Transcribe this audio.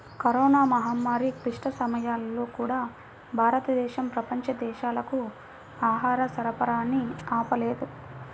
corona మహమ్మారి క్లిష్ట సమయాల్లో కూడా, భారతదేశం ప్రపంచ దేశాలకు ఆహార సరఫరాని ఆపలేదు